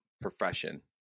profession